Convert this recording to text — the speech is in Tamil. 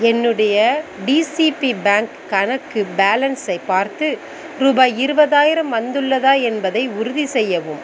என்னுடைய டிசிபி பேங்க் கணக்கு பேலன்ஸைப் பார்த்து ரூபாய் இருபதாயிரம் வந்துள்ளதா என்பதை உறுதி செய்யவும்